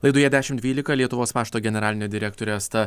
laidoje dešim dvylika lietuvos pašto generalinė direktorė asta